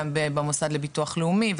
גם בממוסד לביטוח לאומי,